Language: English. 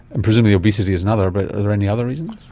and presumably obesity is another, but are there any other reasons?